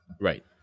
Right